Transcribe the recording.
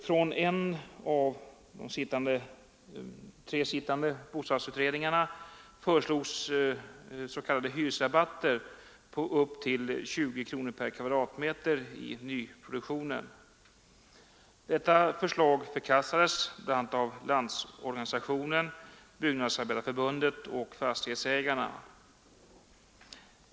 Från en av de tre sittande bostadsutredningarna föreslogs s.k. hyresrabatter på upp till 20 kronor per kvadratmeter i nyproduktionen. Detta förslag förkastades bl.a. av LO, Byggnadsarbetareförbundet och fastighetsägarna.